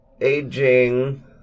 Aging